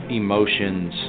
emotions